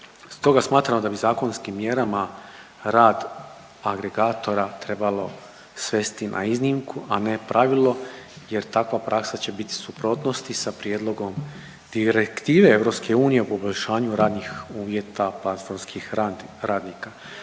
Stoga smatramo da bi zakonskim mjerama rad agregatora trebalo svesti na iznimku, a ne pravilo jer takva praksa će biti u suprotnosti sa prijedlogom direktive EU o poboljšanju radnih uvjeta platformskih radnika.